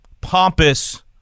pompous